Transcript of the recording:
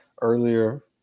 earlier